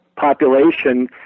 population